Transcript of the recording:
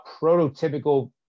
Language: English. prototypical